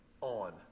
on